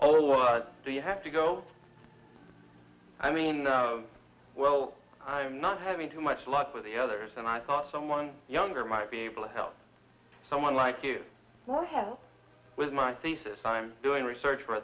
all what do you have to go i mean well i'm not having too much luck with the others and i thought someone younger might be able to help someone like you with my thesis i'm doing research for a